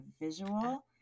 visual